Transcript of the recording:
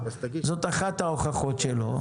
זאת אחת ההוכחות שלו,